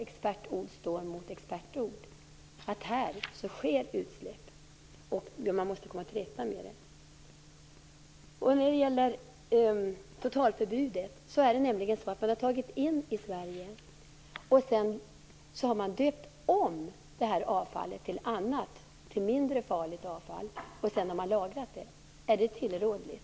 Expertord står mot expertord. WISE säger att det här sker utsläpp och att man måste komma till rätta med dem. Beträffande totalförbudet mot utländskt kärnavfall vill jag anföra att sådant avfall har tagits in i Sverige, döpts om till mindre farligt avfall och sedan lagrats. Är det tillrådligt?